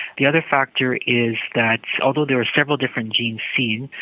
the other factor is that although there are several different genes seen,